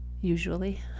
usually